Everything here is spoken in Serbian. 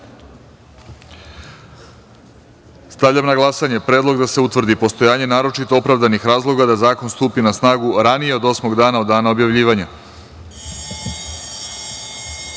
načelu. Stavljam na glasanje predlog da se utvrdi postojanje naročito opravdanih razloga da zakon stupi na snagu ranije od osmog dana od dana objavljivanja. Zaključujem